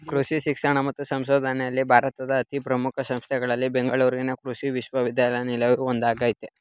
ಕೃಷಿ ಶಿಕ್ಷಣ ಮತ್ತು ಸಂಶೋಧನೆಯಲ್ಲಿ ಭಾರತದ ಅತೀ ಪ್ರಮುಖ ಸಂಸ್ಥೆಗಳಲ್ಲಿ ಬೆಂಗಳೂರಿನ ಕೃಷಿ ವಿಶ್ವವಿದ್ಯಾನಿಲಯವು ಒಂದಾಗಯ್ತೆ